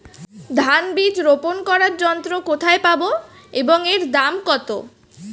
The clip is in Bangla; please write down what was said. ধান বীজ রোপন করার যন্ত্র কোথায় পাব এবং এর দাম কত?